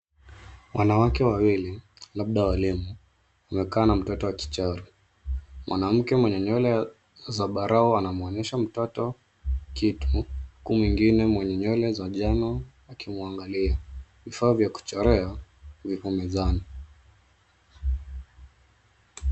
Wanawake wawili labda walimu wamekaa na mtoto akichora. Mwanamke mwenye nywele zambarau anamwonyesha mtoto kitu huku mwingine mwenye nywele za njano akimwangalia. Vifaa vya kuchorea viko mezani.